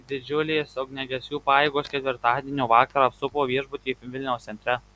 didžiulės ugniagesių pajėgos ketvirtadienio vakarą apsupo viešbutį vilniaus centre